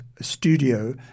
studio